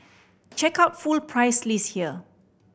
check out full price list here